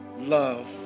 love